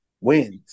wins